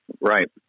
Right